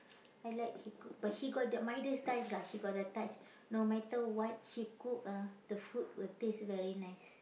I like she cook but she got the mother's touch lah she got the touch no matter what she cook ah the food will taste very nice